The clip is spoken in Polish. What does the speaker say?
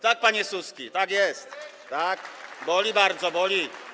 Tak, panie Suski, tak jest, tak, boli bardzo, boli.